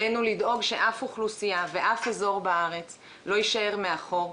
עלינו לדאוג שאף אוכלוסייה ואף אזור בארץ לא יישאר מאחור,